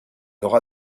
aura